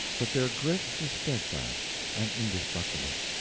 but their grit was steadfast and indestructible.